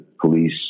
police